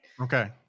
Okay